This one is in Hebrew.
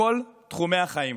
בכל תחומי החיים.